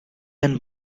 and